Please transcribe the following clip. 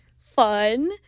Fun